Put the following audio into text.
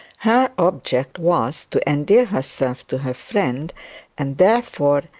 her object was to endear herself to her friend and therefore,